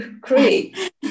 great